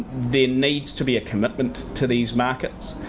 there needs to be a commitment to these markets.